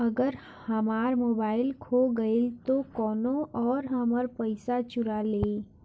अगर हमार मोबइल खो गईल तो कौनो और हमार पइसा चुरा लेइ?